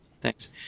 Thanks